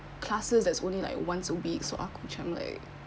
classes that's only like once a week so aku macam like